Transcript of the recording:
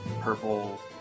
purple